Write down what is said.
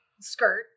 skirt